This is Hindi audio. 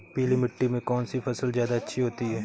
पीली मिट्टी में कौन सी फसल ज्यादा अच्छी होती है?